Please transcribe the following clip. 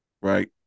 right